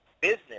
business